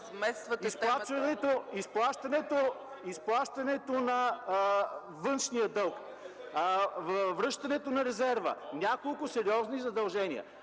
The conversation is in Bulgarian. Изплащането на външния дълг, връщането на резерва – няколко сериозни задължения.